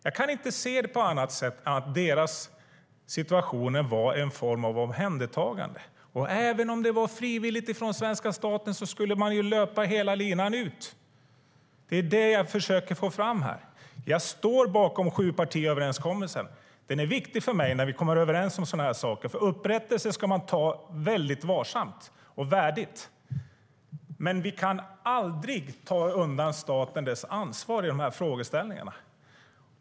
Jag kan inte se det på annat sätt än att deras situation var en form av omhändertagande. Även om det var frivilligt från svenska staten borde man löpa hela linan ut. Det är vad jag försöker få fram här. Jag står bakom sjupartiöverenskommelsen. Det är viktigt för mig när vi kommer överens om sådana här saker. Frågan om upprättelse ska man hantera väldigt varsamt och värdigt. Men vi kan aldrig ta undan statens ansvar i dessa frågeställningar.